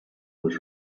was